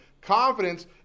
confidence